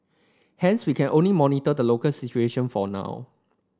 hence we can only monitor the local situation for now